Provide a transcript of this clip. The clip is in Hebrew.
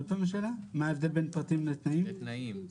ההבדל בין פרטים לתנאים?